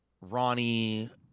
Ronnie